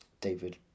David